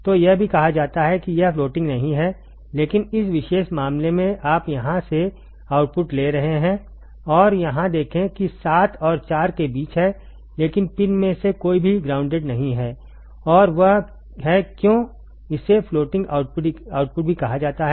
तो यह भी कहा जाता है कि यह फ्लोटिंग नहीं है लेकिन इस विशेष मामले में आप यहां से आउटपुट ले रहे हैं और यहां देखें कि 7 और 4 के बीच है लेकिन पिन में से कोई भी ग्राउंडेड नहीं है और वह है क्यों इसे फ्लोटिंग आउटपुट भी कहा जाता है